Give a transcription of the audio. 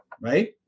right